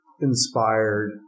inspired